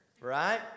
right